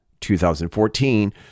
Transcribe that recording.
2014